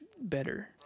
better